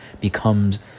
becomes